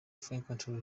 frequently